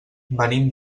venim